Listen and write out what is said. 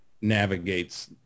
navigates